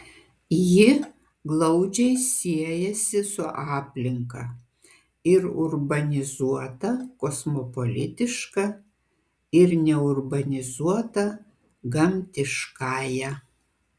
ji glaudžiai siejasi su aplinka ir urbanizuota kosmopolitiška ir neurbanizuota gamtiškąja